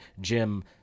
Jim